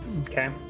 Okay